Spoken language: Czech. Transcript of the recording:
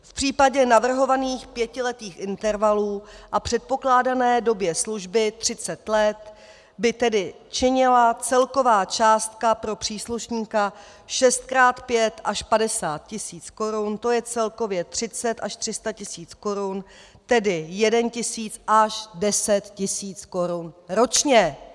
V případě navrhovaných pětiletých intervalů a předpokládané době služby 30 let by tedy činila celková částka pro příslušníka 6 krát 5 až 50 tisíc korun, to je celkově 30 až 300 tisíc korun, tedy tisíc až 10 tisíc korun ročně.